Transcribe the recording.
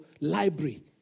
library